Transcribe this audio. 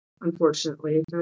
unfortunately